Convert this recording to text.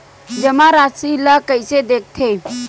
जमा राशि ला कइसे देखथे?